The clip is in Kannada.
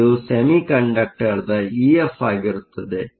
ಆದ್ದರಿಂದ ಇದು ಸೆಮಿಕಂಡಕ್ಟರ್ನ EF ಆಗಿರುತ್ತದೆ